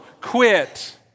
quit